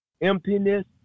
emptiness